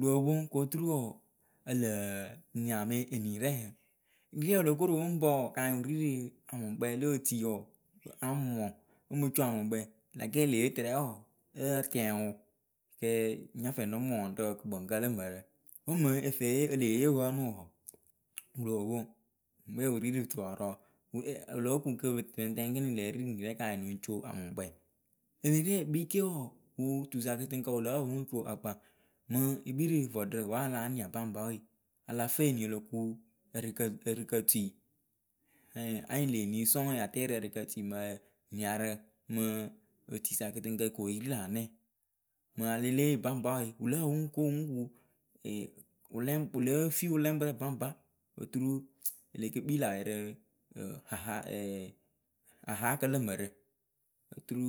Wɨ lɔo poŋ kɨ oturu wǝǝ ǝ lǝǝ nya me enirɛ enirɛ wɨ lo ko ro wɨŋ pǝ wǝǝ ka nyɩŋ wɨ ri rɨ amʊŋkpɛɛ lo otui wǝǝ a mɨ mɔŋ o mɨ co amʊŋkpɛɛ la kɛɛ le yee tɨrɛ wǝǝ a tɛŋ wɨ kee nya fɛɛ nɨ mɔŋ rɨ kɨkpɨŋkǝ lǝ mǝrǝ wǝ́ mɨŋ e lee yee e fee yee wɨ ǝnɨ wǝǝ wɨ loo poŋ me wɨ ri rɨ turɔɔrɔɔ wɨ lóo ku kɨ pɨŋ tɛŋ ekini le ri rɨ nyirɛ ka nyɩŋ nɨŋ co a mʊkpɛɛ enirɛ yɨ kpii kee wǝǝ wɨ tusa kɨtɨŋkǝ wɨ lǝ́ǝ pǝ wɨŋ co akpaŋ mɨŋ e kpii rɨ vɔɖǝ wa láa nia baŋba we a lǝ fɨ eni o lo ku ǝrɨkǝ ǝrɨkǝtui anyɩŋ le enii sɔŋ ya tɛɛ rɨ ǝrɨkǝ tui mɨ ǝyǝ niarǝ mɨ otuisa kɨtɨŋkǝ ko yɨ ri lä anɛŋ. mɨŋ a la lée yee baŋba we wɨ lǝ́ǝ pǝ wɨ ko wɨŋ ku wɨ lée fii wɨlɛŋkpǝrɛ baŋba oturu e le ke kpii lä wɛ rɨ haha ahaakǝ lǝ mǝrǝ oturu